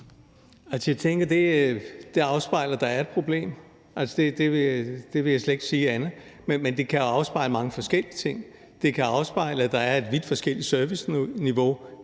(EL): Jeg tænker, at det afspejler, at der er et problem. Jeg vil slet ikke sige andet. Men det kan afspejle mange forskellige ting. Det kan afspejle, at der er et vidt forskelligt serviceniveau